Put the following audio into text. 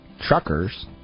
truckers